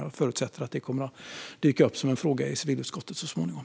Jag förutsätter att det kommer att dyka upp som en fråga i civilutskottet så småningom.